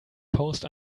post